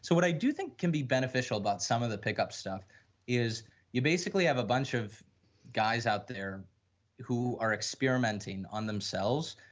so what i do think can be beneficial about some of the pickups stuff is you basically have a bunch of guys out there who are experimenting on themselves,